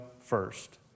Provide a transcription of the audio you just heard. first